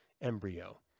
embryo